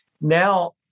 Now